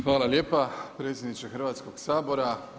Hvala lijepo, predsjedniče Hrvatskog sabora.